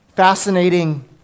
Fascinating